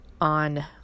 on